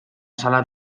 sala